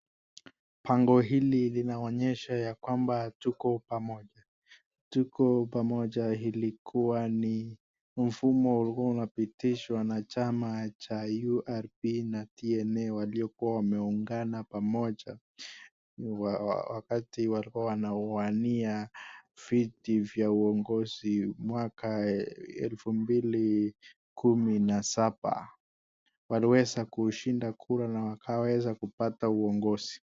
Pango hili linaonyesha ya kwamba tuko pamoja. Tuko pamoja ilikuwa ni mfumo ulikuwa unapitishwa na chama cha URP na TNA waliokuwa wameungana pamoja wakati walikuwa wanawania viti vya uongozi mwaka 2017. Waliweza kushinda kura na wakaweza kupata uongozi.